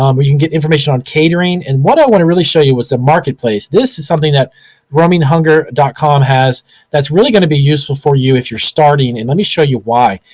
um you can get information on catering. and what i wanna really show you was the marketplace. this is something that roaminghunger dot com has that's really gonna be useful for you if you're starting. and let me show you why.